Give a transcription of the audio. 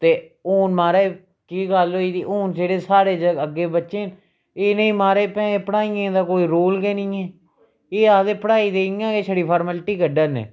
ते हून महाराज केह् गल्ल होई गेदी हून जेह्ड़े साढ़े जागत अग्गें बच्चे न इ'नेंगी महाराज भैन पढ़ाइयें दा कोई रोल गै नी ऐ एह् आखदे पढ़ाई ते इ'यां गै छड़ी फार्मेलटी कड्ढै ने